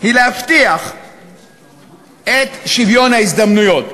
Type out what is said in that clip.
היא להבטיח את שוויון ההזדמנויות,